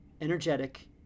energetic